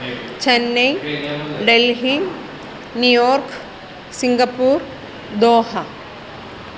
Chennai Delhi New York Singapore Doha